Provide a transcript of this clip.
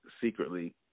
secretly